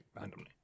randomly